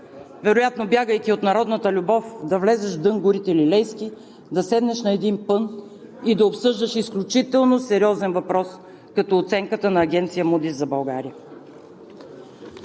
Вероятно, бягайки от народната любов – да влезеш вдън горите тилилейски, да седнеш на един пън и да обсъждаш изключително сериозен въпрос като оценката на Агенция „Мудис“ за България.